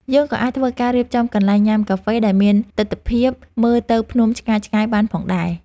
យើងក៏អាចធ្វើការរៀបចំកន្លែងញ៉ាំកាហ្វេដែលមានទិដ្ឋភាពមើលទៅភ្នំឆ្ងាយៗបានផងដែរ។